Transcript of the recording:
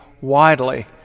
widely